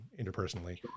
interpersonally